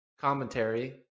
commentary